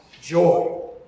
joy